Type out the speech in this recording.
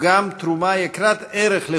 הוא גם תרומה יקרת ערך לכולנו,